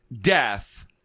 death